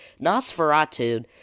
Nosferatu